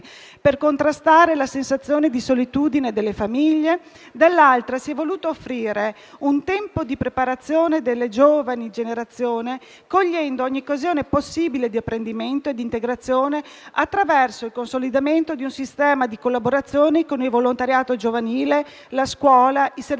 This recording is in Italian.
per contrastare la sensazione di solitudine delle famiglie, dall'altra, si è voluto offrire un tempo di preparazione delle giovani generazioni cogliendo ogni occasione possibile di apprendimento e d'integrazione attraverso il consolidamento di un sistema di collaborazioni con il volontariato giovanile, la scuola, i servizi pubblici